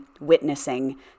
witnessing